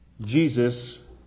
Jesus